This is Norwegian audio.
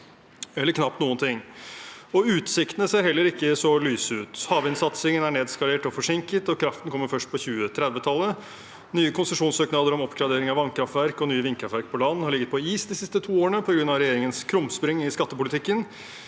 eller knapt noen ting. Utsiktene ser heller ikke så lyse ut. Havvindsatsingen er nedskalert og forsinket, og kraften kommer først på 2030-tallet. Nye konsesjonssøknader om oppgradering av vannkraftverk og nye vindkraftverk på land har ligget på is de siste to årene på grunn av regjeringens krumspring i skattepolitikken.